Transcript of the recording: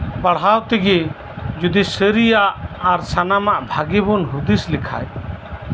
ᱯᱟᱲᱦᱟᱣ ᱛᱮᱜᱮ ᱡᱩᱫᱤ ᱥᱟᱨᱤᱭᱟᱜ ᱟᱨ ᱥᱟᱱᱟᱢᱟᱜ ᱵᱷᱟᱹᱜᱤ ᱵᱚᱱ ᱦᱩᱫᱤᱥ ᱞᱮᱠᱷᱟᱱ